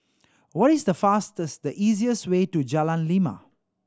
what is the fastest the easiest way to Jalan Lima